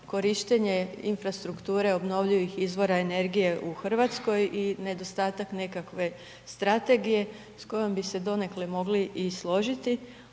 korištenje infrastrukture obnovljivih izvora energije u Hrvatskoj i nedostatak nekakve strategije s kojom bi se donekle mogli i složiti.